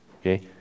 Okay